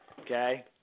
Okay